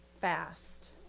fast